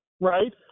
right